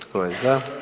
Tko je za?